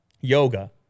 Yoga